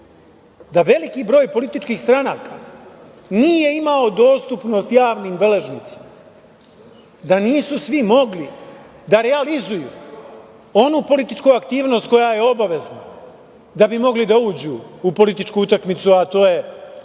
da veliki broj političkih stranaka nije imao dostupnost javnim beležnicima, da nisu svi mogli da realizuju onu političku aktivnost koja je obavezna da bi mogli da uđu u političku utakmicu, a to je